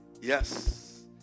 Yes